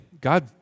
God